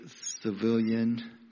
civilian